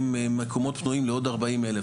עם מקומות פנויים לעוד 40 אלף,